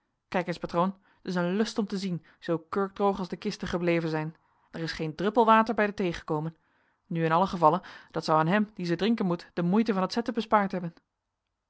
kijk eens patroon t is een lust om te zien zoo kurkdroog als de kisten gebleven zijn er is geen druppel water bij de thee gekomen nu in allen gevalle dat zou aan hem die ze drinken moet de moeite van t zetten bespaard hebben